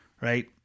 right